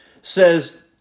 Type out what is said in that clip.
says